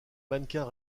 mannequins